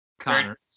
connor